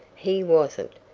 he wasn't.